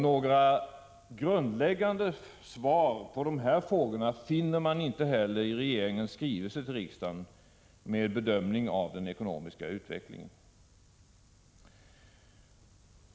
Några grundläggande svar på dessa frågor finner man inte heller i regeringens skrivelse till riksdagen med bedömning av den ekonomiska utvecklingen.